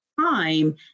time